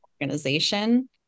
organization